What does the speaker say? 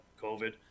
COVID